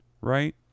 right